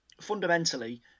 Fundamentally